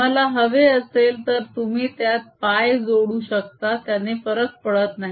तुम्हाला हवे असेल तर तुम्ही त्यात π जोडू शकता त्याने फरक पडत नाही